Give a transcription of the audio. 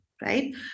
right